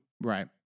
Right